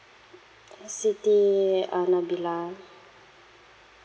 siti uh nabilah